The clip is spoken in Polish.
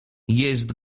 jest